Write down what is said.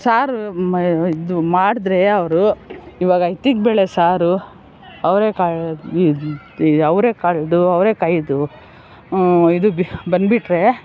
ಸಾರು ಇದು ಮಾಡಿದ್ರೆ ಕಾಳು ಇದು ಅವರೇ ಕಾಳ್ದು ಅವರೇ ಕಾಯಿದು ಇದು ಬಂದ್ಬಿಟ್ರೆ